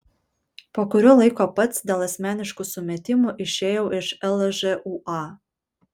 po kurio laiko pats dėl asmeniškų sumetimų išėjau iš lžūa